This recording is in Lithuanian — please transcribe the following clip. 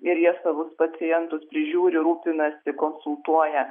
ir jie savus pacientus prižiūri rūpinasi konsultuoja